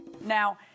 Now